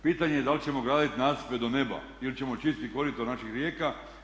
Pitanje je da li ćemo graditi nasipe do neba ili ćemo čistiti korito naših rijeka.